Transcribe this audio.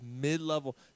mid-level –